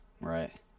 Right